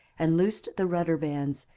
and loosed the rudder bands,